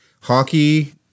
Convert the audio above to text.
hockey